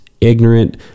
ignorant